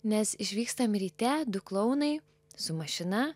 nes išvykstam ryte du klounai su mašina